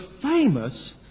famous